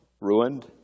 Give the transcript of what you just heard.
ruined